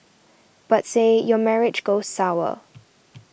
but say your marriage goes sour